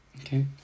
okay